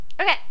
Okay